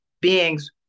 beings